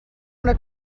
una